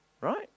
right